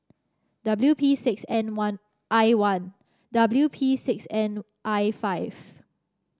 W P six N one I one W P six N I five